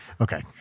Okay